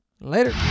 Later